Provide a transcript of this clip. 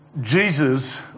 Jesus